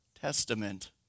Testament